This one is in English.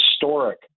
historic